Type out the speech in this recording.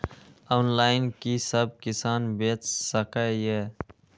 Online कि सब किसान बैच सके ये?